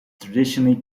traditionally